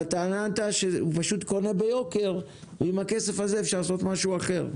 והטענה הייתה שהוא פשוט קונה ביוקר ועם הכסף הזה אפשר לעשות משהו אחר.